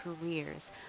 careers